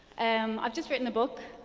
um i've just written a book.